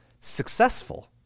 successful